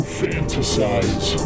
fantasize